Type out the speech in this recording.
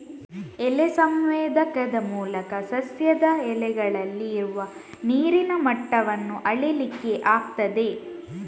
ಎಲೆ ಸಂವೇದಕದ ಮೂಲಕ ಸಸ್ಯದ ಎಲೆಗಳಲ್ಲಿ ಇರುವ ನೀರಿನ ಮಟ್ಟವನ್ನ ಅಳೀಲಿಕ್ಕೆ ಆಗ್ತದೆ